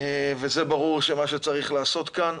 וברור שזה מה שצריך לעשות כאן.